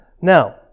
Now